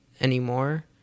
anymore